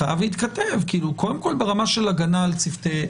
זה חייב להתכתב וקודם כל ברמה של הגנה על צוותי האוויר.